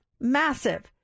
massive